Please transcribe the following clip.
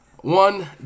One